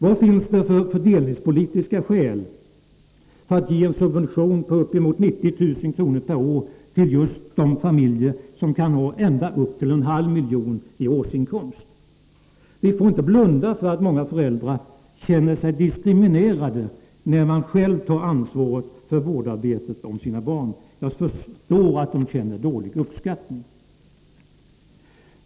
Vilka fördelningspolitiska skäl finns för att ge en subvention på uppemot 90 000 kr. per år till familjer som kan ha en årsinkomst på närmare en halv miljon kronor? Vi får inte blunda för att många föräldrar känner sig diskriminerade av att utföra vårdarbete som inte värderas till en enda krona. Jag förstår att de känner sig dåligt uppskattade.